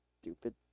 stupid